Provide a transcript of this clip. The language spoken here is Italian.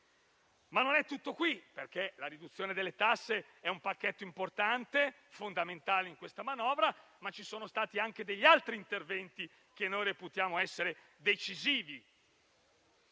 Non è tutto, però, perché la riduzione delle tasse è un pacchetto importante e fondamentale in questa manovra, ma ci sono stati anche altri interventi che reputiamo decisivi: